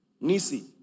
Nisi